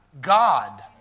God